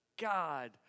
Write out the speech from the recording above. God